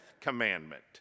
commandment